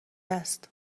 است